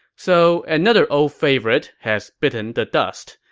so another old favorite has bitten the dust,